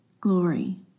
glory